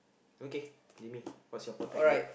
okay name me what's your perfect date